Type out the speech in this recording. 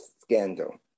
scandal